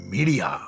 Media